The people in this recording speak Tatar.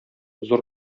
зур